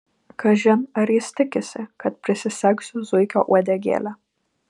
kažin ar jis tikisi kad prisisegsiu zuikio uodegėlę